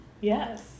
yes